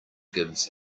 gives